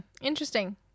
Interesting